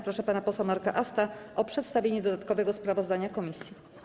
Proszę pana posła Marka Asta o przedstawienie dodatkowego sprawozdania komisji.